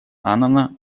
аннана